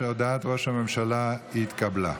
שהודעת ראש הממשלה התקבלה.